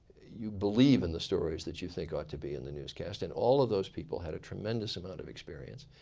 you believe in the stories that you think ah should be in the news cast. and all of those people had a tremendous amount of experience.